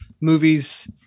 movies